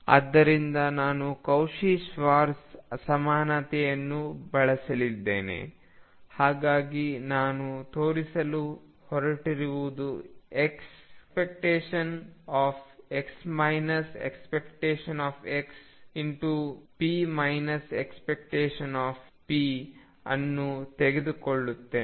ಆದ್ದರಿಂದ ನಾನು Cauchy Schwarz ಅಸಮಾನತೆಯನ್ನು ಬಳಸಲಿದ್ದೇನೆ ಹಾಗಾಗಿ ನಾನು ತೋರಿಸಲು ಹೊರಟಿರುವುದು ⟨x ⟨x⟩p ⟨p⟩⟩ ಅನ್ನು ತೆಗೆದುಕೊಳ್ಳುತ್ತೇನೆ